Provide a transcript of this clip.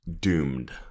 Doomed